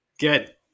Good